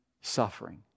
suffering